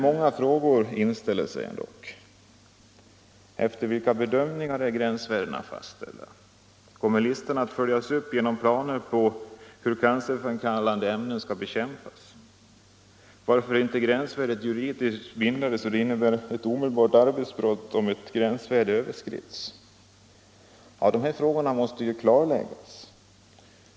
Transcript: Många frågor inställer sig ändock: Efter vilka bedömningar är gränsvärdena fastställda? Kommer listan att följas upp genom planer på hur cancerframkallande ämnen skall bekämpas? Varför är inte gränsvärdet juridiskt bindande, så att det innebär ett omedelbart arbetsavbrott om ett gränsvärde överskrides? Dessa frågor måste klarläggas.